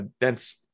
dense